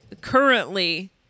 currently